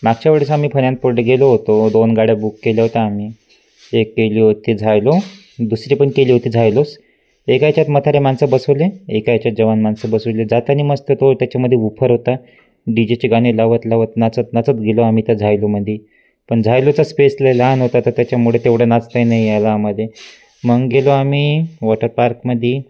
मागच्या वेळेस आम्ही फन अँड फूडे गेलो होतो दोन गाड्या बूक केल्या होत्या आम्ही एक केली होती झायलो दुसरी पण केली होती झायलोस एका ह्याच्यात म्हाताऱ्या माणसं बसवली एका ह्याच्यात जवान माणसं बसवली जाताना मस्त तो त्याच्यामध्ये वूफर होता डी जेचे गाणे लावत लावत नाचत नाचत गेलो आम्ही त्या झायलोमध्ये पण झायलोचा स्पेस लई लहान होता तर त्याच्यामुळे तेवढं नाचताही नाही यायला आम्हाला मग गेलो आम्ही वॉटर पार्कमध्ये